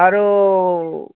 ଆରୁ